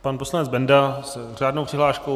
Pan poslanec Benda s řádnou přihláškou.